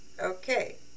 okay